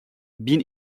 bin